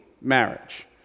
marriage